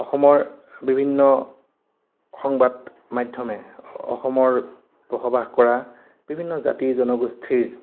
অসমৰ বিভিন্ন সংবাদ মাধ্যমে অসমৰ বসবাস কৰা বিভিন্ন জাতি জনগোষ্ঠীৰ